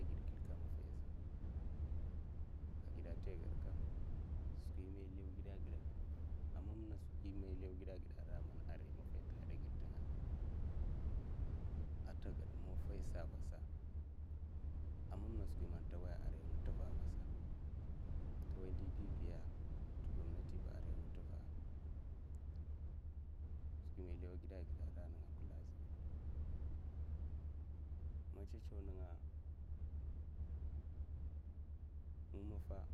Ai gid kklika maffahiya ai zhubi ai gida ta gadkam ai manna skwi man i law gida ai gida a rai man maffahi ta law gida ai gida ai tagad ai mamna skwi man ta waiya'a, a ndi bibiyaa tu gomnatiba arrai nga zhe ai vasa'a, skwi man ilaw gida ai gida in matsa tsaw ninga ngi maffahi